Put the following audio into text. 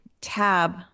tab